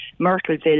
Myrtleville